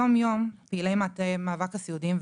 יום-יום פעילי מטה מאבק הסיעודיים,